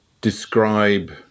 describe